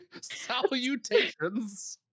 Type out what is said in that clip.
salutations